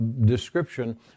description